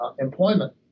employment